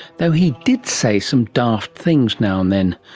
though he did say some daft things now and then.